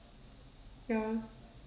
ya